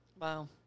Wow